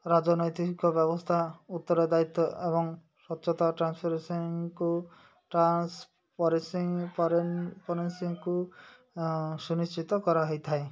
ରାଜନୈତିକ ବ୍ୟବସ୍ଥା ଉତ୍ତର ଦାୟିତ୍ୱ ଏବଂ ସଚେତା ଟ୍ରାନ୍ସଫରେନ୍ସିଙ୍କୁ ପରେନ୍ସିଙ୍କୁ ସୁନିଶ୍ଚିତ କରାହେଇଥାଏ